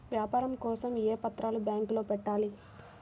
వ్యాపారం కోసం ఏ పత్రాలు బ్యాంక్లో పెట్టాలి?